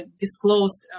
disclosed